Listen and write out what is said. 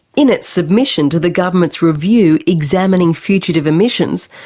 in its submission to the government's review examining fugitive emissions,